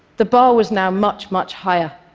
the bar was now much, much higher.